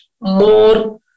more